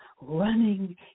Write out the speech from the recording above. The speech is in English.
running